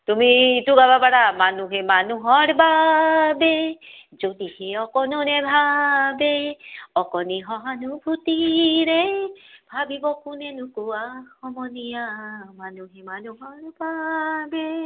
তুমি এইটো গাব পাৰা